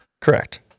Correct